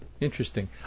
Interesting